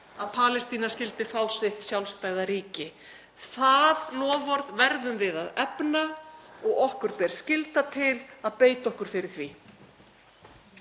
að Palestína skyldu fá sitt sjálfstæða ríki. Það loforð verðum við að efna og okkur ber skylda til að beita okkur fyrir því.